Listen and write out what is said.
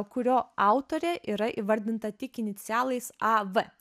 kurio autorė yra įvardinta tik inicialais a v